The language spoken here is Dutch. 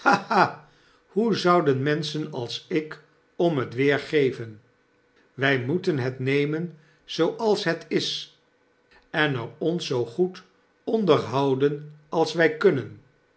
hoe zouden menschen als ik om het weer geven wij moeten het nemen zooals het is en er ons zoo goed onder houden als wij kunnen